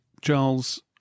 Charles